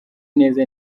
neza